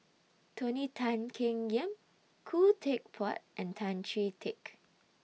Tony Tan Keng Yam Khoo Teck Puat and Tan Chee Teck